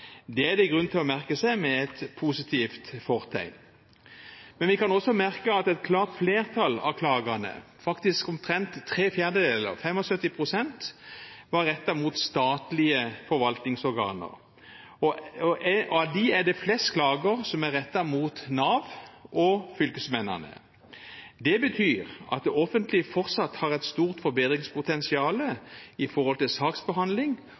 Det er det grunn til å merke seg, med positivt fortegn. Men vi kan også merke oss at et klart flertall av klagene, faktisk omtrent 75 pst., var rettet mot statlige forvaltingsorganer, og av dem er det flest klager som var rettet mot Nav og fylkesmennene. Det betyr at det offentlige fortsatt har et stort forbedringspotensial når det gjelder saksbehandling